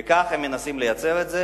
וכך הם מנסים לייצר את זה.